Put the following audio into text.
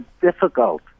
difficult